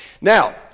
now